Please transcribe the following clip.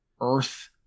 earth